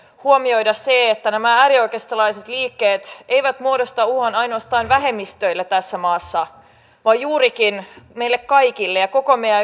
huomioida se että nämä äärioikeistolaiset liikkeet eivät muodosta uhkaa ainoastaan vähemmistöille tässä maassa vaan juurikin meille kaikille ja koko meidän